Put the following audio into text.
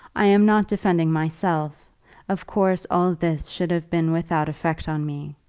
i am not defending myself of course all this should have been without effect on me.